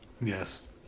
Yes